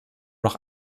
noch